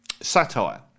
satire